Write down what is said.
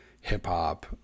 hip-hop